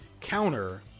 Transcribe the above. counter